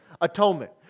atonement